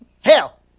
Hell